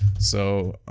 so.